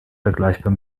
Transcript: vergleichbar